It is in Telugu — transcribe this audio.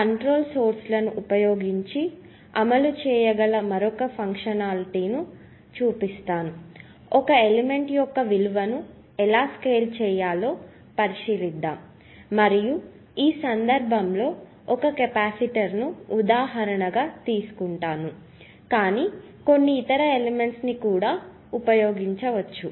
కంట్రోల్ సోర్స్లను ఉపయోగించి అమలు చేయగల మరొక ఫంక్షనాలిటీని మీకు చూపిస్తాను ఒక ఎలిమెంట్ యొక్క విలువను ఎలా స్కేల్ చేయాలో పరిశీలిస్తాము మరియు ఈ సందర్భంలో నేను ఒక కెపాసిటర్ను ఒక ఉదాహరణగా తీసుకుంటాను కానీ కొన్ని ఇతర ఎలెమెంట్స్ను కూడా ఉపయోగించవచ్చు